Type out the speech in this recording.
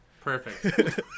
Perfect